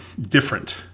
different